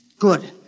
Good